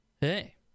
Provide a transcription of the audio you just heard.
hey